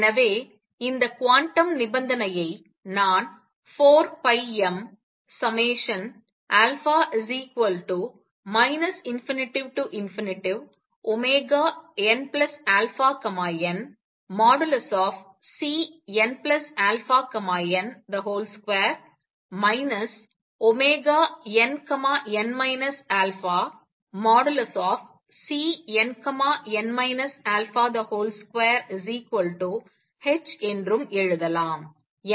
எனவே இந்த குவாண்டம் நிபந்தனையை நான் 4πmα ∞nαn|Cnαn |2 nn α|Cnn α |2h என்றும் எழுதலாம்